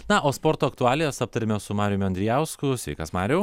na o sporto aktualijas aptarėme su mariumi andrijausku sveikas mariau